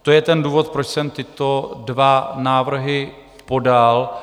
To je ten důvod, proč jsem tyto dva návrhy podal.